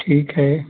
ठीक है